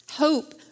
Hope